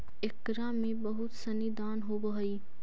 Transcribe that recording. एकरा में बहुत सनी दान होवऽ हइ